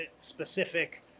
specific